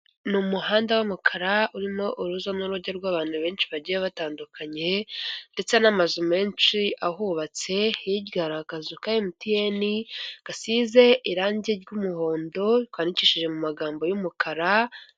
Ni umuhanda w'umukara urimo uruza n'urujya rw'abantu benshi bagiye batandukanye ndetse n'amazu menshi ahubatse, hirya hari akazu ka MTN gasize irangi ry'umuhondo kandikishije mu magambo y'umukara.